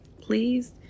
Please